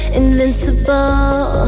invincible